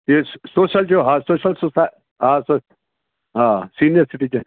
इहे सो सोशल जो हा सोशल जो हा हा सिनियर सिटीज़न